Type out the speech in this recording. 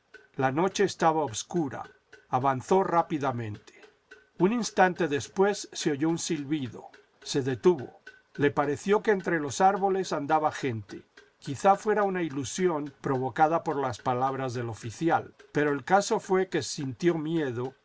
la noche estaba obscura avanzó rápidamente un instante después se oyó un silbido se detuvo le pareció que entre los árboles andaba gente quizá fuera una ilusión provocada por las palabras del oficial pero el caso fué que sintió miedo